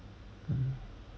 mm